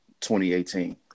2018